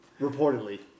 reportedly